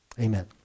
Amen